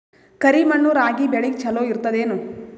ಕರಿ ಮಣ್ಣು ರಾಗಿ ಬೇಳಿಗ ಚಲೋ ಇರ್ತದ ಏನು?